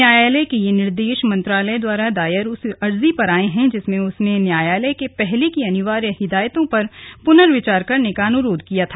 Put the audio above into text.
न्यायालय के ये निर्देश मंत्रालय द्वारा दायर उस अर्जी पर आये हैं जिसमें उसने न्यायालय के पहले की अनिवार्य हिदायतों पर पुनर्विचार करने का अनुरोध किया था